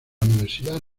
universidad